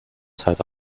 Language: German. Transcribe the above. zeit